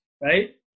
right